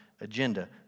agenda